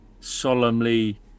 solemnly